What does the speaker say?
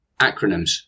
Acronyms